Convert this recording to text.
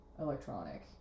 electronic